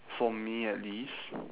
for me at least